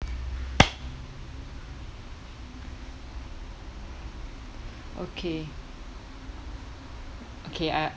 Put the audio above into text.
okay okay I